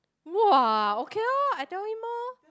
!woah! okay oh I tell him oh